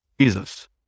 Jesus